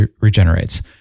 regenerates